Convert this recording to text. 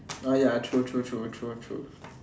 oh ya true true true true true